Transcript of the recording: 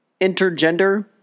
intergender